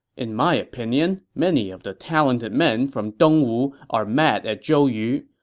in my opinion, many of the talented men from dong wu are mad at zhou yu.